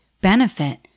benefit